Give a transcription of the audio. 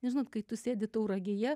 nes žinot kai tu sėdi tauragėje